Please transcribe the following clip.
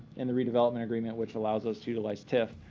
and the redevelopment agreement, which allows us to utilize tiff.